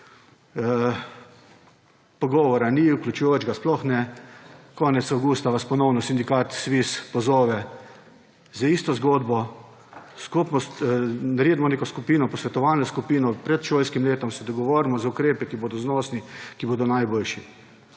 pogovora ni, vključujočega sploh ne, konec avgusta vas ponovno sindikat SVIZ pozove z isto zgodbo – naredimo neko posvetovalno skupino pred šolskim letom, se dogovorimo za ukrepe, ki bodo znosni, ki bodo najboljši.